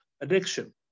addiction